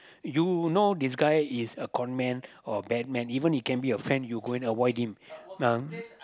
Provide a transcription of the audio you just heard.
you know this guy is a con man or a bad man even he can be your friend you go and avoid him